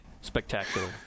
spectacular